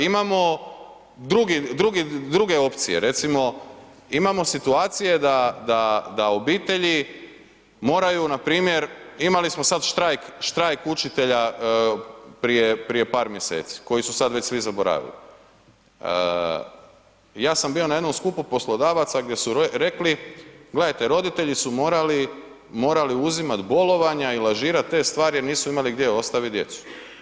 Imamo druge opcije, recimo imamo situacije da obitelji moraju npr. imali smo sad štrajk učitelja prije par mjeseci koji su sada već svi zaboravili, ja sam bio na jednom skupu poslodavaca gdje su rekli, gledajte roditelji su morali uzimati bolovanja i lažirat te stvari jer nisu imali gdje ostaviti djecu.